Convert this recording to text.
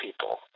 people